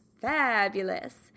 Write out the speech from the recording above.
fabulous